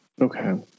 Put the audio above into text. Okay